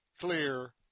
clear